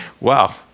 Wow